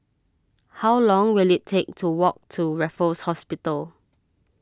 how long will it take to walk to Raffles Hospital